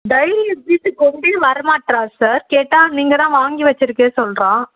டைரியை வீட்டுக் கொண்டே வர மாட்டுறான் சார் கேட்டால் நீங்கள் தான் வாங்கி வச்சிருக்கே சொல்கிறான்